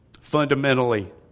Fundamentally